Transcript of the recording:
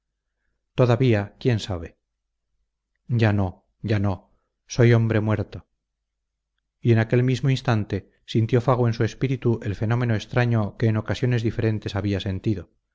todavía quién sabe ya no ya no soy hombre muerto y en aquel mismo instante sintió fago en su espíritu el fenómeno extraño que en ocasiones diferentes había sentido